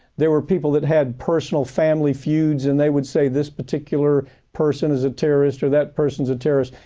there were people that had personal family feuds and they would say this particular person is a terrorist or that person's a terrorist,